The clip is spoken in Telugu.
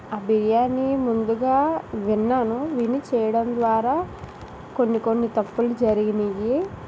ఆ బిర్యానీ ముందుగా విన్నాను విని చేయడం ద్వారా కొన్ని కొన్ని తప్పులు జరిగినాయి